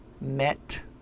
met